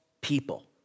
people